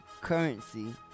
Currency